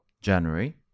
January